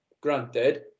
granted